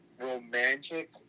romantic